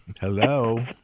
Hello